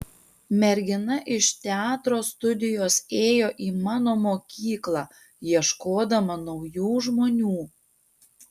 mergina iš teatro studijos ėjo į mano mokyklą ieškodama naujų žmonių